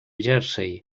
jersey